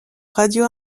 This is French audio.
radio